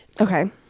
Okay